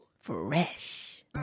Fresh